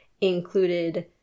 included